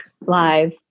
live